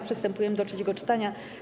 Przystępujemy do trzeciego czytania.